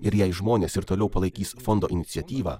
ir jei žmonės ir toliau palaikys fondo iniciatyvą